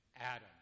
Adam